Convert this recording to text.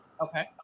Okay